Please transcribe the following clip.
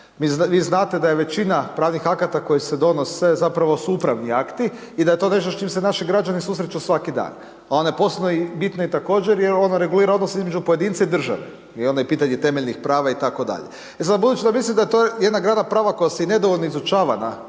Vi znate da je većina pravnih akata koji se donose zapravo su upravni akti i da je to nešto s čim se naši građani susreću svaki dan, …/nerazumljivo/… postoje bitno također jer ono regulira odnose između pojedinca i države i onda je pitanje temeljnih prava itd. E sad budući da mislim da je to jedna grana prava koja se i nedovoljno izučava na